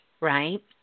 right